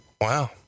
Wow